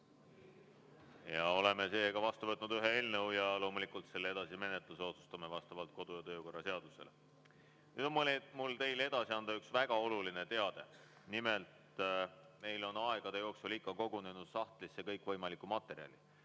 Oleme teiega vastu võtnud ühe eelnõu ja loomulikult selle edasise menetlemise otsustame vastavalt kodu- ja töökorra seadusele. Nüüd on mul teile edasi anda üks väga oluline teade. Nimelt, meil on aegade jooksul ikka kogunenud sahtlisse kõikvõimalikku materjali.